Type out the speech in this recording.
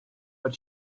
but